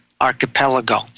Archipelago